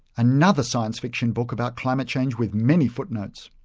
another science fiction book about climate change with many footnotes.